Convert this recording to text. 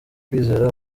kwizera